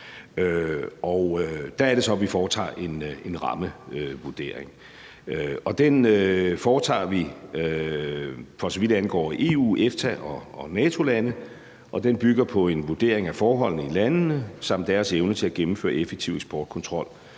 Der er det så, vi foretager en rammevurdering. Den foretager vi for så vidt angår EU-, EFTA- og NATO-lande, og den bygger på en vurdering af forholdene i landene samt deres evne til at gennemføre effektiv eksportkontrol,